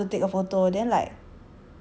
example I want to take a photo then like